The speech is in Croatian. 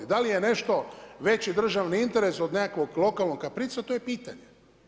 Da li je nešto veći državni interes od nekakvog lokalnog kaprica, to je pitanje.